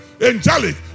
angelic